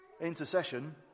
intercession